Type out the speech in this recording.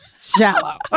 shallow